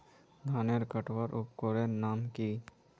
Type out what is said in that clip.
धानेर कटवार उपकरनेर नाम की?